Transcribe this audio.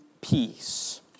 peace